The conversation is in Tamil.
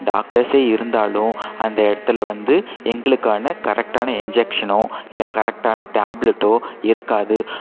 டாக்டர்ஸே இருந்தாலும் அந்த இடத்துல வந்து எங்களுக்கான கரெக்டான இன்ஜெக்ஷனோ இல்லை கரெக்டான டேப்லட்டோ இருக்காது